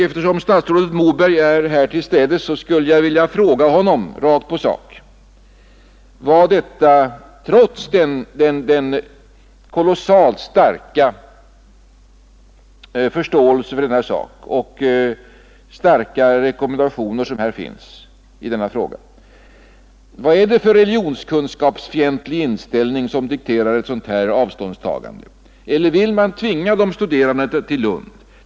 Eftersom statsrådet Moberg är här tillstädes skulle jag vilja fråga honom rakt på sak vad det trots den kolossalt starka förståelsen för denna sak och de starka rekommendationer som finns i denna fråga är för religionskunskapsfientlig inställning som dikterar ett sådant avståndstagande. Eller vill man tvinga de studerande till Lund?